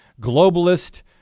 globalist